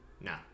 No